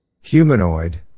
Humanoid